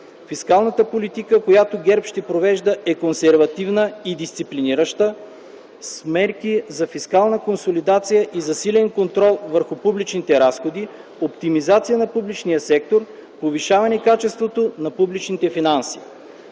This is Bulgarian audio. Фискалната политика, която ГЕРБ ще провежда, е консервативна и дисциплинираща, с мерки за фискална консолидация и засилен контрол върху публичните разходи, оптимизация на публичния сектор, повишаване на качеството на публичните финанси.